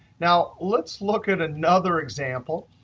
now, let's look at another example.